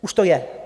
Už to je?